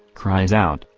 cries out,